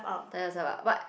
tie yourself up but